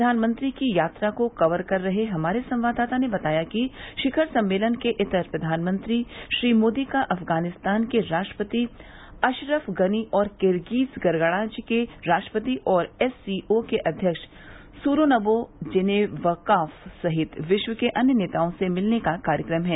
प्रधानमंत्री की यात्रा को कवर कर रहे हमारे संवाददाता ने बताया है कि शिखर सम्मेलन के इतर प्रधानमंत्री मोदी का अफगानिस्तान के राष्ट्रपति अशरफ गनी और किर्गिज गणराज्य के राष्ट्रपति और एससीओ के अध्यक्ष सूरोनवो जेनेबकॉफ सहित विश्व के अन्य नेताओं से मिलने का कार्यक्रम है